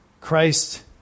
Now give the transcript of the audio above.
Christ